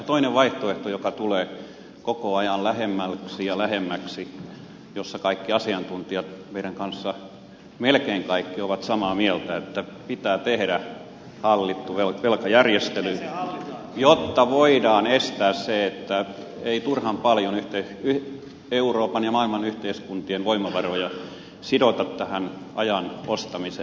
toinen vaihtoehto joka tulee koko ajan lähemmäksi ja lähemmäksi ja josta kaikki asiantuntijat meidän kanssamme melkein kaikki ovat samaa mieltä on se että pitää tehdä hallittu velkajärjestely jotta voidaan estää se että ei turhan paljon euroopan ja maailman yhteiskuntien voimavaroja sidota tähän ajan ostamiseen